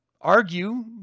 argue